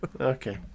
Okay